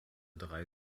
drei